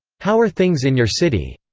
how are things in your city,